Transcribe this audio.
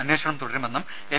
അന്വേഷണം തുടരുമെന്നും എൻ